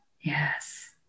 yes